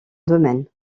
domaine